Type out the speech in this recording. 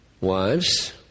Wives